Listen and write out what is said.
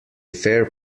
fair